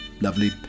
lovely